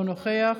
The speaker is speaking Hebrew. אינו נוכח,